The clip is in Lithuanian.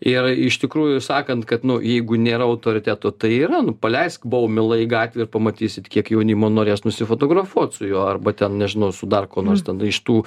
ir iš tikrųjų sakant kad nu jeigu nėra autoriteto tai yra nu paleisk baumilą į gatvę ir pamatysit kiek jaunimo norės nusifotografuot su juo arba ten nežinau su dar kuo nors ten iš tų